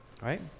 Right